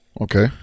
Okay